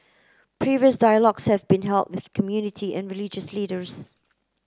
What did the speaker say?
previous dialogues have been held with community and religious leaders